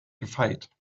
gefeit